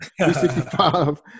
365